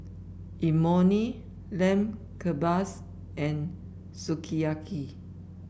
Imoni Lamb Kebabs and Sukiyaki